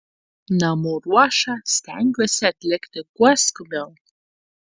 namų ruošą stengiuosi atlikti kuo skubiau